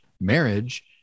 marriage